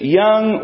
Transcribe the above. young